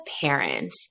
parent